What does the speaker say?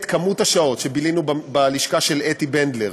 מספר השעות שבילינו בלשכה של אתי בנדלר,